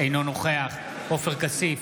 אינו נוכח עופר כסיף,